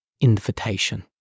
invitation